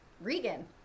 Regan